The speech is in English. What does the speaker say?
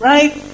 Right